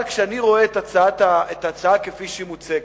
אבל כשאני רואה את ההצעה כפי שהיא מוצגת,